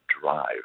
drive